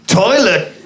toilet